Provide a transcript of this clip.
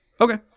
Okay